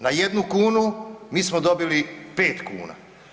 Na jednu kunu, mi smo dobili 5 kuna.